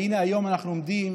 והינה היום אנחנו עומדים